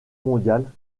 mondiale